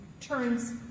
turns